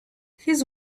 his